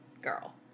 girl